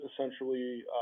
essentially